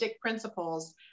principles